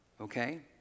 Okay